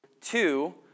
two